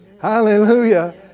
Hallelujah